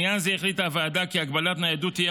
לעניין זה החליטה הוועדה כי הגבלת ניידות תהיה